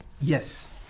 Yes